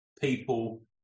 people